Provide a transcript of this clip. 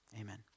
amen